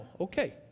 Okay